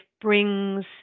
brings